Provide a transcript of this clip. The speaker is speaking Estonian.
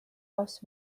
kas